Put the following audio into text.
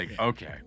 okay